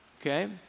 okay